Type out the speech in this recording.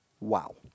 Wow